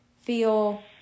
feel